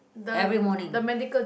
every morning